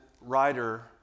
writer